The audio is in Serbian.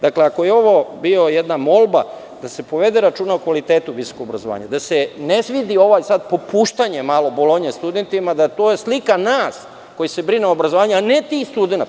Dakle, ako je ovo bila jedna molba da se povede računa o kvalitetu visokog obrazovanja, da se ne svidi ovo popuštanje „Bolonje“ studentima malo, to je slika nas koji se brinemo o obrazovanju, a ne tih studenata.